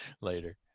Later